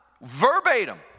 Verbatim